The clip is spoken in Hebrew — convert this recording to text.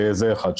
זה אחד.